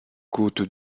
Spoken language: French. côtes